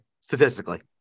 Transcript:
Statistically